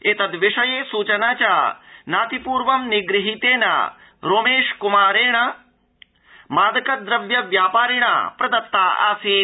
एतद विषये सूचना च नातिपूर्व निगृहीतेन रोमेश कुमार नाम्ना अवैध मादक द्रव्य व्यापारिणा प्रदत्ता आसीत्